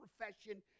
profession